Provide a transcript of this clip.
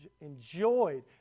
enjoyed